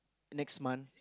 next month